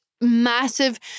massive